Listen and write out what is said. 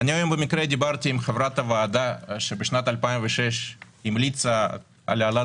במקרה דיברתי היום עם חברת הוועדה שבשנת 2006 המליצה על העלאת